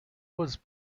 was